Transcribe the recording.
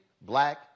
black